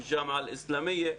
ו'אל-ג'אמעה אל-אסלאמייה',